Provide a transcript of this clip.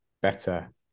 better